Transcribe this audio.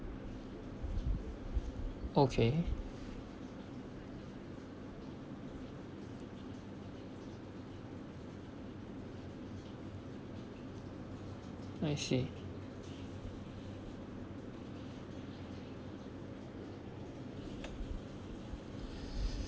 okay I see